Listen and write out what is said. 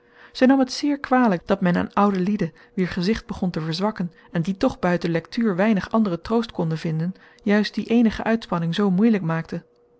zij nam het zeer kwalijk dat men aan oude lieden wier gezicht begon te verzwakken en die toch buiten lectuur weinig anderen troost konden vinden juist die eenige uitspanning zoo moeilijk maakte